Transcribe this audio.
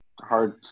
hard